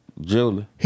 Julie